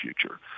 future